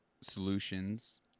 solutions